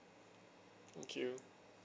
thank you